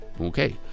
okay